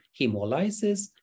hemolysis